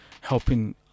helping